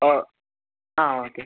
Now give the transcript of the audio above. ഓ ആ ഓക്കെ